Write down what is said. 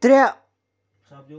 ترٛےٚ